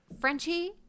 Frenchie